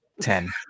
ten